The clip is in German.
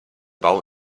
bau